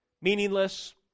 meaningless